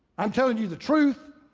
i'm telling you the truth,